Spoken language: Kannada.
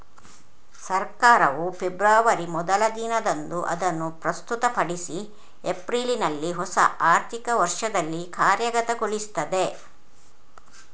ಸರ್ಕಾರವು ಫೆಬ್ರವರಿ ಮೊದಲ ದಿನದಂದು ಅದನ್ನು ಪ್ರಸ್ತುತಪಡಿಸಿ ಏಪ್ರಿಲಿನಲ್ಲಿ ಹೊಸ ಆರ್ಥಿಕ ವರ್ಷದಲ್ಲಿ ಕಾರ್ಯಗತಗೊಳಿಸ್ತದೆ